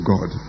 God